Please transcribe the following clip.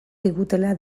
digutela